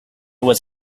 was